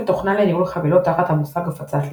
תוכנה לניהול חבילות תחת המושג הפצת לינוקס.